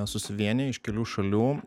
susivieniję iš kelių šalių